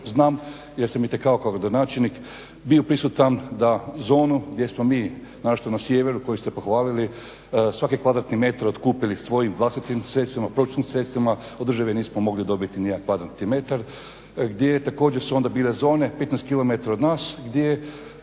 znam jer sam itekako kao gradonačelnik bio prisutan da zonu gdje smo mi naročito na Sjeveru koju ste pohvalili svaki kvadratni metar otkupili svojim vlastitim sredstvima, proračunskim sredstvima od dražve nismo mogli dobiti ni jedan kvadratni metar, gdje također su ondje bile zone 15 km od nas gdje su